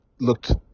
looked